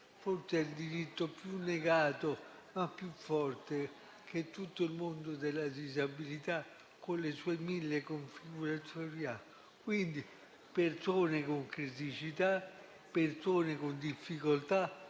forse il diritto più negato, ma più forte, per il mondo della disabilità, con le sue mille configurazioni. Parliamo di persone con criticità, con difficoltà